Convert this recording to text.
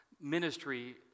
ministry